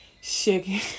shaking